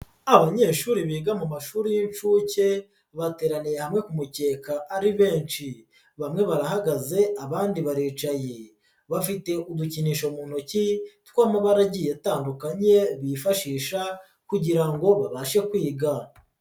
Abanyeshuri biga mu mashuri y'inshuke bateraniye hamwe ku mukeka ari benshi, bamwe barahagaze abandi baricaye, bafite udukinisho mu ntoki tw'amabara agiye atandukanye bifashisha kugira ngo babashe kwiga.